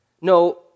No